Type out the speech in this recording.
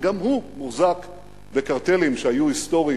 גם הוא מוחזק בקרטלים שהיו היסטוריים,